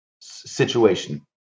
situation